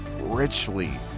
richly